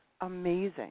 amazing